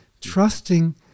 trusting